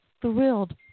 thrilled